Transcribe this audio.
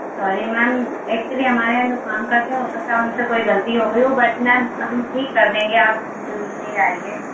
sorry ma'am actually हमारे यहाँ जो काम करते हो सकता है उनसे कोई गलती हो गई हो बट मेम हम ठीक कर देंगे आप ले आइए